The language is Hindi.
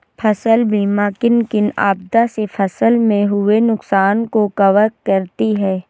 फसल बीमा किन किन आपदा से फसल में हुए नुकसान को कवर करती है